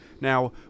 Now